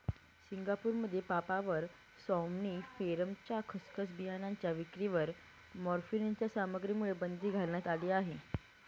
सिंगापूरमध्ये पापाव्हर सॉम्निफेरमच्या खसखस बियाणांच्या विक्रीवर मॉर्फिनच्या सामग्रीमुळे बंदी घालण्यात आली आहे